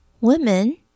women